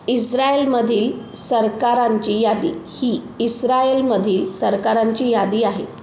इज्रायलमधील सरकारांची यादी ही इस्रायलमधील सरकारांची यादी आहे